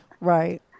Right